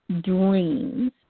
dreams